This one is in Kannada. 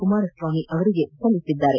ಕುಮಾರಸ್ವಾಮಿ ಅವರಿಗೆ ಸಲ್ಲಿಸಿದ್ದಾರೆ